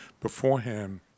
beforehand